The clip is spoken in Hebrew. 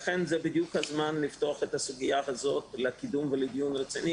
לכן זה בדיוק הזמן לפתוח את הסוגיה לקידום ודיון רציני